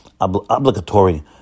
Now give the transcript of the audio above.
Obligatory